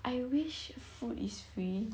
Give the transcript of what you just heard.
I wish food is free